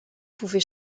pourrait